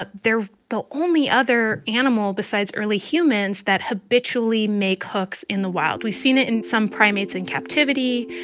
but they're the only other animal besides early humans that habitually make hooks in the wild. we've seen it in some primates in captivity.